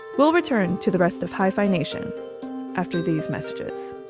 we'll return to the rest of hyphenation after these messages